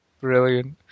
Brilliant